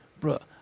Bruh